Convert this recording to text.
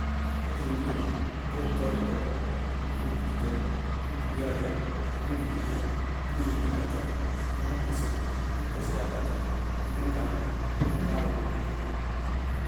Kedzimbire bɩɩ ŋ tɔrɩ dɛ ŋñ gúlu dɛ ñ gulúwá dɛ ññ wuli dɛ, bɩɩ ŋ wuli ka tɛlɩ ññ kʋsɩ. Ñ kʋsɩyá ka tɛlɩ, ññ gañ. Ñ ŋ gáŋ lɔ bʋ bɩ kóo ññ tɔkɔ.